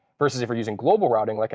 versus if you're using global routing, like